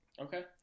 okay